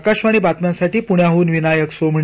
आकाशवाणी बातम्यांसाठी प्ण्याहन विनायक सोमणी